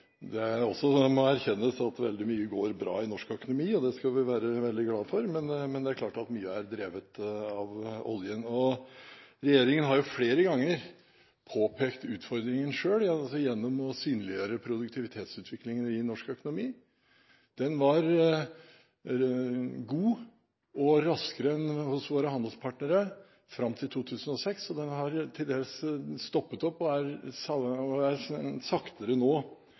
det også må erkjennes at veldig mye går bra i norsk økonomi. Det skal vi være veldig glad for, men det er klart at mye er drevet av oljen. Regjeringen har selv flere ganger påpekt utfordringen gjennom å synliggjøre produktivitetsutviklingen i norsk økonomi. Den var god, og raskere enn hos våre handelspartnere, fram til 2006, men den har til dels stoppet opp og går nå saktere enn hos våre handelspartnere. Kombinert med at vi etter 2006 har fått en eksplosjon i kostnadsnivå, er